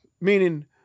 Meaning